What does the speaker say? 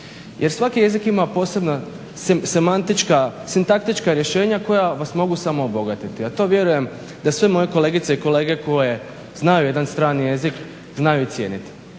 Jer svaki jezik ima posebna semantička, sintaktička rješenja koja vas mogu samo obogatiti, a to vjerujem da sve moje kolegice i kolege koji znaju jedan strani jezik znaju i cijeniti.